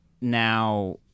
now